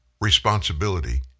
responsibility